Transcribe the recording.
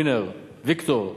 ווינר, ויקטור: